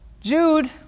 Jude